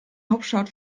hauptstadt